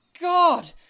God